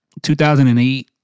2008